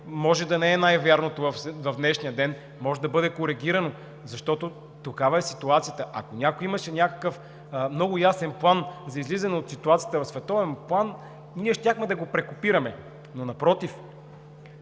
може да не е най-вярното в днешния ден, може да бъде коригирано, защото такава е ситуацията. Ако някой имаше някакъв много ясен план за излизане в ситуацията в световен план, ние щяхме да го прекопираме, но напротив.